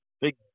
big